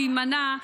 להימנע,